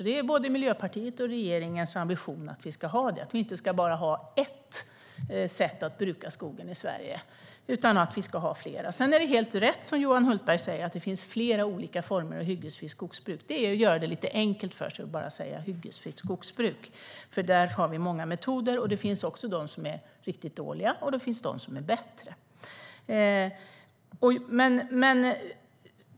Det är både Miljöpartiets och regeringens ambition att det inte ska finnas bara ett sätt att bruka skogen i Sverige, utan det ska finnas fler. Det är helt rätt som Johan Hultberg säger att det finns flera olika former av hyggesfritt skogsbruk. Det är att göra det lite enkelt för sig att bara säga hyggesfritt skogsbruk. Där finns många metoder, och det finns de som är riktigt dåliga och de som är bättre.